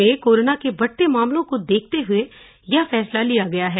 प्रदेश में कोरोना के बढ़ते मामलों को देखते हुए यह फैसला लिया गया है